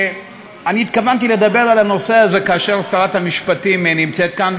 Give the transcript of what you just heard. אני התכוונתי לדבר על הנושא הזה כאשר שרת המשפטים נמצאת כאן,